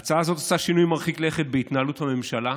ההצעה הזו עושה שינוי מרחיק לכת בהתנהלות הממשלה,